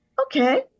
okay